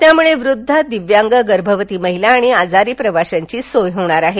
त्यामुळे वृद्ध दिव्यांग गर्भवती महिला आणि आजारी प्रवाशांची सोय होणार आहे